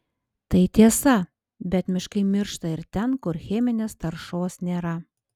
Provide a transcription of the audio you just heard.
tai tiesa bet miškai miršta ir ten kur cheminės taršos nėra